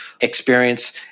experience